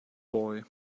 boy